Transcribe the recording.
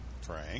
Frank